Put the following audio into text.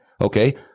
Okay